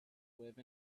live